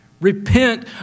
Repent